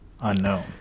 unknown